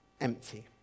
empty